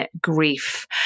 grief